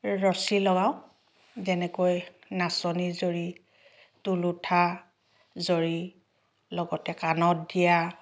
ৰছী লগাওঁ যেনেকৈ নাচনী জৰী টোলোঠা জৰী লগতে কাণত দিয়া